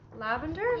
Lavender